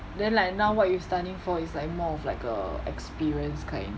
then like now what you studying for is like more of like a experience kind